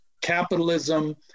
capitalism